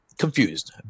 confused